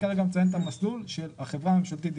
כ-7,200 יחידות דיור נמצאות עכשיו בתהליכי הקמה,